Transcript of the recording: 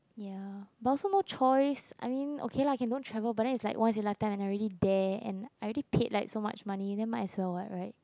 ya but also no choice I mean okay lah can don't travel but then is like once in a life time and I'm already there and I already paid like so much money then might as well what [right]